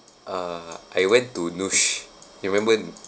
uh I went to noosh you remember